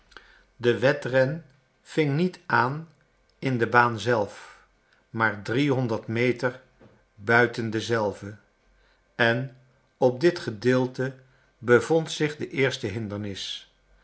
de wedren ving niet aan in de baan zelf maar drie honderd meter buiten dezelve en op dit gedeelte bevond zich de eerste hindernis